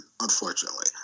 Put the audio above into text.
unfortunately